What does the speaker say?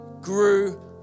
grew